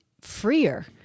freer